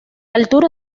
altura